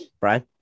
Brian